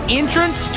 entrance